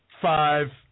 five